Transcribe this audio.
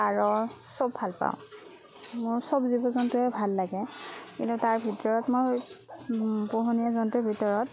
পাৰ চব ভাল পাওঁ মোৰ চব জন্তুৱে ভাল লাগে কিন্তু তাৰ ভিতৰত মই পোহনীয়া জন্তুৰ ভিতৰত